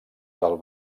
del